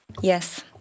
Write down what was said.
Yes